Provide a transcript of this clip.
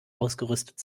ausgerüstet